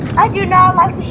i do not like